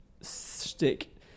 stick